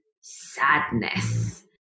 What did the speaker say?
sadness